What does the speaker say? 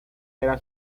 era